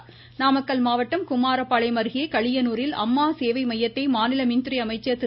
நாமக்கல் நாமக்கல் மாவட்டம் குமாரபாளையம் அருகே களியனூரில் அம்மா சேவை மையத்தை மாநில மின்துறை அமைச்சர் திரு